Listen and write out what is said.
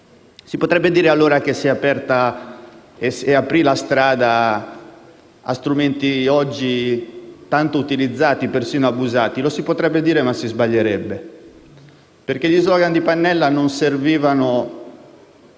Si potrebbe dire che allora si aprì la strada a strumenti oggi tanto utilizzati e persino abusati. Lo si potrebbe dire, ma si sbaglierebbe perché gli *slogan* di Pannella non servivano